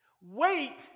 Wait